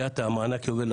חבר הכנסת יעקב מרגי, בבקשה.